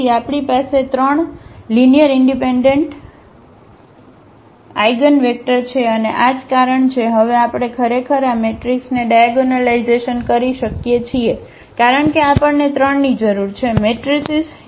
તેથી આપણી પાસે 3 લીનીઅરઇનડિપેન્ડન્ટ લીનીઅરઇનડિપેન્ડન્ટ આઇગન્વેક્ટર છે અને આ જ કારણ છે હવે આપણે ખરેખર આ મેટ્રિક્સને ડાયાગોનલાઇઝેશન કરી શકીએ છીએ કારણ કે આપણને 3 ની જરૂર છે મેટ્રિસીસ